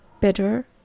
better